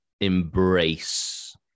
embrace